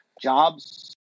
jobs